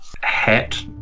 hat